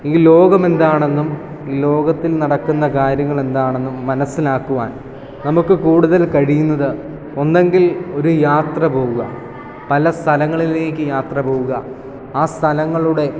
ഈ ലോകം എന്താണെന്നും ലോകത്തിൽ നടക്കുന്ന കാര്യങ്ങൾ എന്താണെന്നും മനസ്സിലാക്കുവാൻ നമുക്ക് കൂടുതൽ കഴിയുന്നത് ഒന്നെങ്കിൽ ഒരു യാത്ര പോവുക പല സ്ഥലങ്ങളിലേക്ക് യാത്ര പോകുക ആ സ്ഥലങ്ങളുടെ